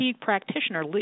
practitioner